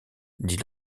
dit